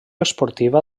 esportiva